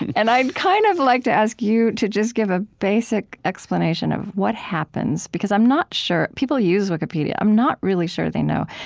and i'd kind of like to ask you to just give a basic explanation of what happens because i'm not sure. people use wikipedia. i'm not really sure they know,